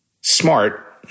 smart